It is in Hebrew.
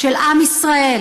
של עם ישראל,